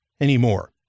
anymore